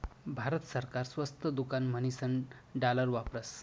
भारत सरकार स्वस्त दुकान म्हणीसन डालर वापरस